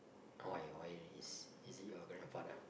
oh why why is is he your grandfather